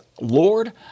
Lord